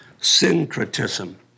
syncretism